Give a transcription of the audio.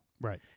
Right